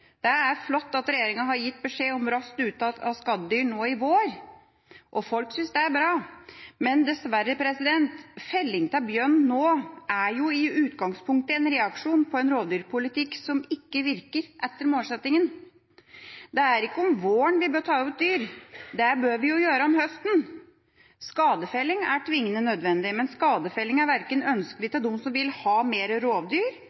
Det er flott at regjeringa har gitt beskjed om raskt uttak av skadedyr nå i vår, og folk synes det er bra. Men dessverre, felling av bjørn nå er i utgangspunktet en reaksjon på en rovdyrpolitikk som ikke virker etter målsettinga. Det er ikke om våren vi bør ta ut dyr, det bør vi gjøre om høsten. Skadefelling er tvingende nødvendig, men skadefelling er verken ønskelig for dem som vil ha flere rovdyr,